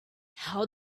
how